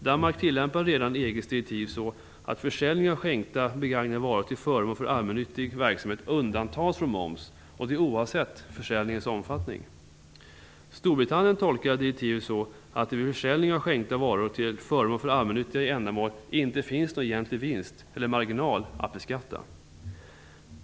Danmark tillämpar redan EG:s direktiv så att försäljning av skänkta begagnade varor till förmån för allmännyttig verksamhet undantas från moms, och det oavsett försäljningens omfattning. Storbritannien tolkar direktivet så att det vid försäljning av skänkta varor till förmån för allmännyttiga ändamål inte finns någon egentlig vinst eller marginal att beskatta.